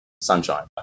sunshine